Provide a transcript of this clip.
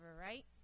right